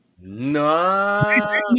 no